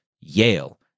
Yale